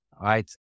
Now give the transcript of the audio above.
right